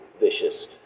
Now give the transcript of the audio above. vicious